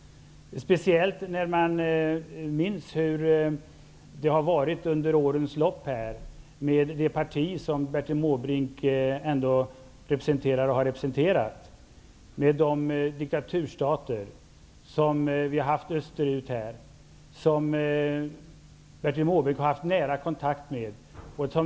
Vi minns hur det har varit under årens lopp när det gäller det parti som Bertil Måbrink representerar och har representerat. Vi har haft diktaturstater österut som Bertil Måbrink har haft nära kontakt med.